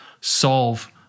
solve